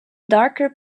darker